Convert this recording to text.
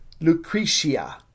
Lucretia